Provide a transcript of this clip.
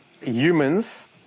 humans